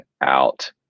out